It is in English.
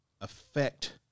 affect